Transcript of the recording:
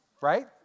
Right